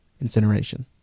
incineration